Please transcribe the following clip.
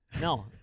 No